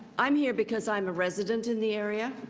i'm here because i'm a resident in the area.